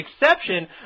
exception